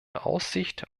aussicht